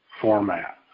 format